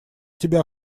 тебя